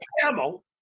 camel